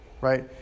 right